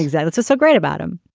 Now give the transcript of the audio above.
yeah that's so great about him.